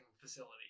facility